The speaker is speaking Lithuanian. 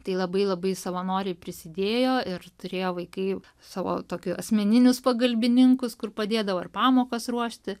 tai labai labai savanoriai prisidėjo ir turėjo vaikai savo tokį asmeninius pagalbininkus kur padėdavo ir pamokas ruošti